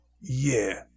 Yeah